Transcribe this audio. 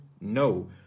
no